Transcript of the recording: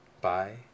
Bye